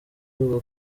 ivuga